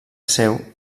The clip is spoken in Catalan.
seu